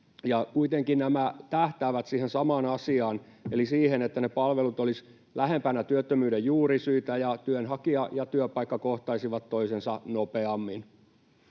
Kuitenkin nämä tähtäävät samaan asiaan eli siihen, että ne palvelut olisivat lähempänä työttömyyden juurisyitä ja työnhakija ja työpaikka kohtaisivat toisensa nopeammin.